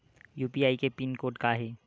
UPI के pin code का हे?